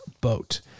boat